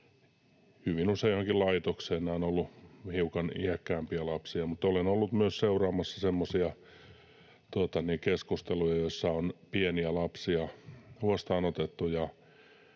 johonkin laitokseen — he ovat olleet hiukan iäkkäämpiä lapsia. Mutta olen ollut myös seuraamassa semmoisia keskusteluja, joissa on pieniä lapsia huostaanotettu.